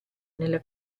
nella